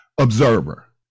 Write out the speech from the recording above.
observer